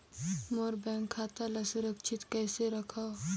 मोर bank खाता ला सुरक्षित कइसे रखव?